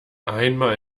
einmal